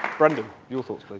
brendan, your thoughts, please.